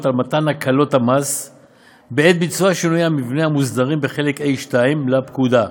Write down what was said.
על מתן הקלות המס בעת ביצוע שינויי המבנה המוסדרים בחלק ה'2 לפקודה,